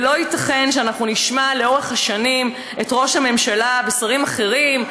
לא ייתכן שאנחנו נשמע לאורך השנים את ראש הממשלה ושרים אחרים,